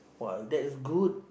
!wah! that is good